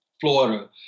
Florida